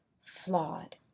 flawed